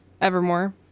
Evermore